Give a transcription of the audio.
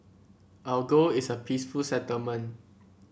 our goal is a peaceful settlement